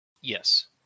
Yes